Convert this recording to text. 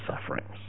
sufferings